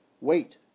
Wait